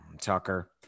Tucker